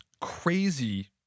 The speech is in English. crazy